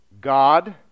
God